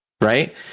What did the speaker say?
right